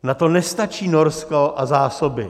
Na to nestačí Norsko a zásoby.